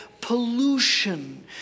pollution